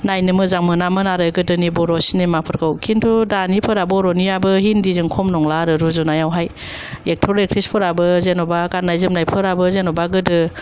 नायनो मोजां मोनामोन आरो गोदोनि बर' सिनिमा फोरखौ खिन्थु दानिफोरा बर'नियाबो हिन्दीजों खम नंला आरो रुजुनायावहाय एक्टर एकट्रिस फोराबो जेनबा गाननाय जोमनायफोराबो जेनबा गोदो